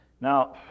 Now